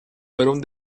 fueron